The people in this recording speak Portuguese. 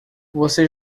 você